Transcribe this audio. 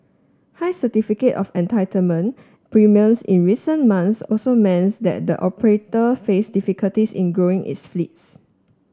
high Certificate of Entitlement premiums in recent months also means that the operator face difficulties in growing its fleets